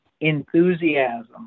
enthusiasm